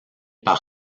par